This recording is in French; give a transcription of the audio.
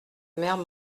mère